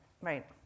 right